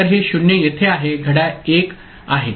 तर हे 0 येथे आहे घड्याळ 1 आहे ठीक